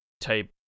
type